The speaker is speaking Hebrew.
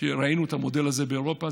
וראינו את המודל הזה באירופה,